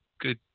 good